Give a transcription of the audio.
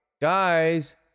Guys